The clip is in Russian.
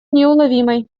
неуловимой